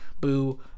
boo